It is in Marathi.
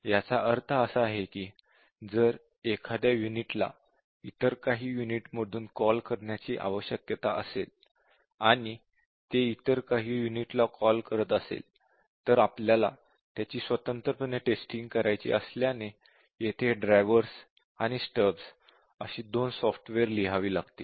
याचा अर्थ असा आहे की जर एखाद्या युनिटला इतर काही युनिटमधून कॉल करण्याची आवश्यकता असेल आणि ते इतर काही युनिट्सला कॉल करत असेल तर आपल्याला त्याची स्वतंत्रपणे टेस्टिंग करायची असल्याने येथे ड्रायव्हर्स आणि स्टब्स अशी छोटी सॉफ्टवेअर लिहावी लागतील